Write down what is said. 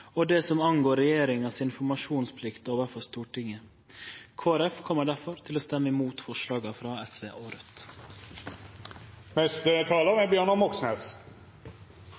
og det som angår informasjonsplikta regjeringa har overfor Stortinget. Kristeleg Folkeparti kjem difor til å stemme imot forslaga frå SV